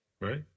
right